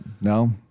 No